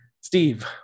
Steve